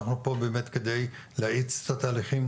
אנחנו פה באמת על מנת להאיץ את התהליכים,